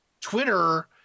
Twitter